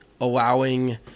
allowing